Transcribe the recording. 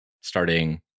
starting